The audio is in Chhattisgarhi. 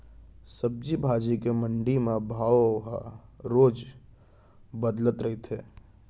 सब्जी भाजी के मंडी म भाव ह रोज बदलत रहिथे